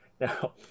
now